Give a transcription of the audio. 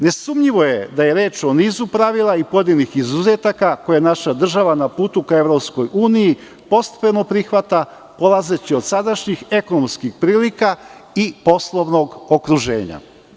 Nesumnjivo je da je reč o nizu pravila i pojedinih izuzetaka koje naša država na puta ka EU postepeno prihvata polazeći od sadašnjih ekonomskih prilika i poslovnog okruženja.